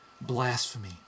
blasphemy